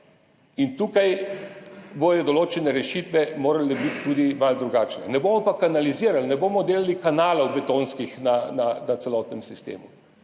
in tukaj bodo določene rešitve morale biti tudi malo drugačne. Ne bomo pa kanalizirali, ne bomo delali betonskih kanalov na celotnem sistemu.